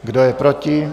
Kdo je proti?